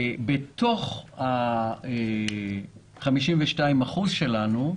בתוך ה-52% שלנו,